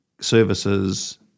services